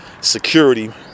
security